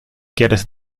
quieres